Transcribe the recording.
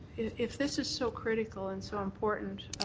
if this is so critical and so important,